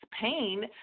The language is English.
pain